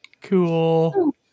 Cool